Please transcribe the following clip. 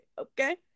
Okay